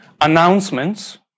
announcements